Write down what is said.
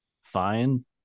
fine